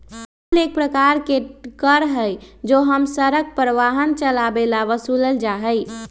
toll एक प्रकार के कर हई जो हम सड़क पर वाहन चलावे ला वसूलल जाहई